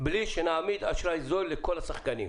בלי שנעמיד אשראי זול לכל השחקנים.